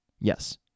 Yes